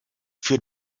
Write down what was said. für